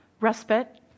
respite